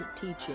teaching